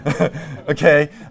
Okay